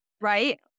Right